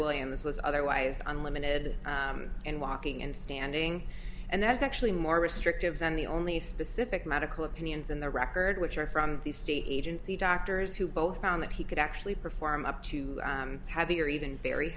williams was otherwise unlimited and walking and standing and that's actually more restrictive than the only specific medical opinions in the record which are from the state agency doctors who both found that he could actually perform up to heavy or even very